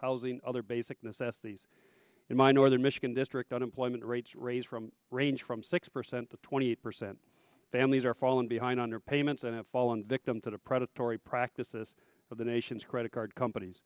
housing other basic necessities in my northern michigan district unemployment rates raise from range from six percent to twenty percent families are falling behind on their payments and have fallen victim to the predatory practices of the nation's credit card companies